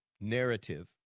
narrative